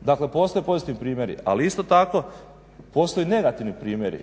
Dakle, postoje pozitivni primjeri. Ali isto tako postoje negativni primjeri